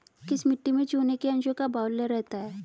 किस मिट्टी में चूने के अंशों का बाहुल्य रहता है?